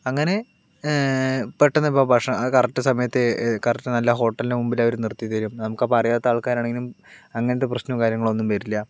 അങ്ങനെ പെട്ടന്നിപ്പോൾ ഭക്ഷണം കറക്റ്റ് സമയത്ത് കറക്റ്റ് നല്ല ഹോട്ടല് ഹോട്ടലിൻ്റെ മുമ്പിലവർ നിർത്തി തരും നമുക്കപ്പോൾ അറിയാത്ത ആൾക്കാരാണെങ്കിലും അങ്ങനത്തെ പ്രശ്നവും കാര്യങ്ങളൊന്നും വരില്ല